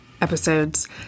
episodes